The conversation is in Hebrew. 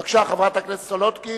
בבקשה, חברת הכנסת סולודקין,